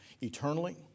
eternally